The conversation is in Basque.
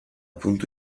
puntu